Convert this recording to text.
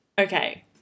Okay